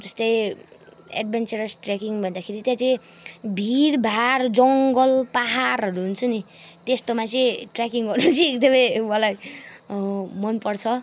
जस्तै adventurous trekking भन्दाखेरि त्यहाँ चाहिँ भीरभार जङ्गल पहाडहरू हुन्छ नि त्यस्तोमा चाहिँ ट्रेकिङ गर्नु चाहिँ एकदमै मलाई मनपर्छ